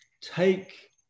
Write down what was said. take